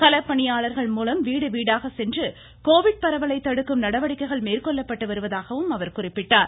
களப்பணியாளர்கள்மூலம் வீடு வீடாகச் சென்று கோவிட் பரவலை தடுக்கும் நடவடிக்கைகள் மேற்கொள்ளப்பட்டு வருவதாகவும் குறிப்பிட்டார்